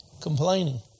complaining